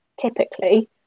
typically